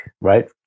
right